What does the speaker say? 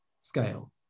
scale